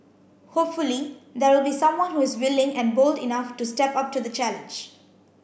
hopefully there will be someone who is willing and bold enough to step up to the challenge